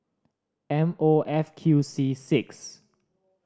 M O F Q C six